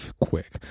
quick